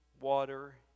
water